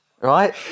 right